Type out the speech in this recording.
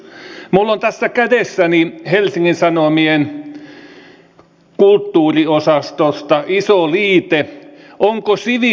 minulla on tässä kädessäni helsingin sanomien kulttuuriosastosta iso liite onko sivistys epämuodikasta